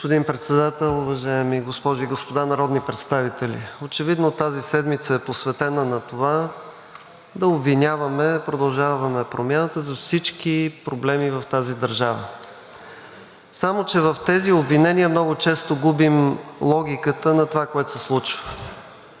Господин Председател, уважаеми госпожи и господа народни представители! Очевидно тази седмица е посветена на това да обвиняваме „Продължаваме Промяната“ за всички проблеми в тази държава. Само че в тези обвинения много често губим логиката на това, което се случва.